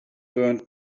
burned